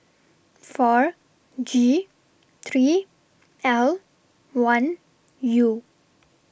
four G three L one U